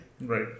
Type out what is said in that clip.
Right